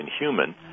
inhuman